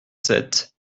sept